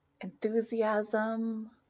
enthusiasm